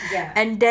ya